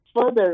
further